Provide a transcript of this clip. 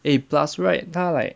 eh plus right 他 like